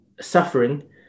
suffering